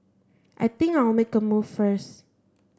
I think I'll make a move first